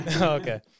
okay